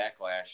backlash